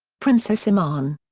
princess iman.